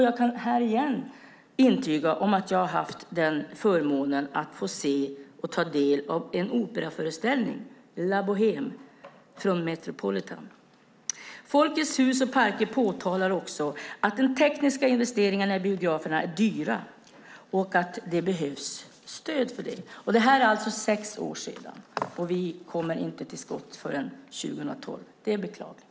Jag kan här igen intyga att jag har haft förmånen att få se och ta del av en operaföreställning, La Bohème, från Metropolitan. Folkets Hus och Parker påtalar också att den tekniska investeringen i biograferna är dyr och att det behövs stöd för detta. Det här är alltså sex år sedan, och vi kommer inte till skott förrän 2012. Det är beklagligt.